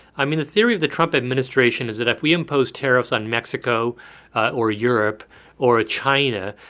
i mean, the theory of the trump administration is that if we impose tariffs on mexico or europe or china,